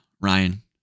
Ryan